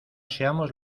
seamos